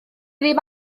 ddim